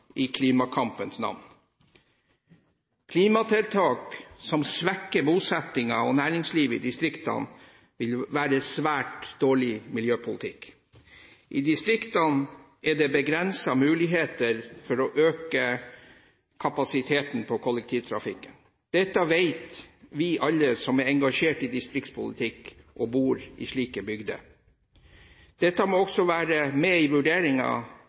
i klimakampens navn. Klimatiltak som svekker bosettingen og næringslivet i distriktene, vil være svært dårlig miljøpolitikk. I distriktene er det begrensede muligheter for å øke kapasiteten på kollektivtrafikken. Dette vet alle vi som er engasjert i distriktspolitikk og bor i slike bygder. Dette må også være med i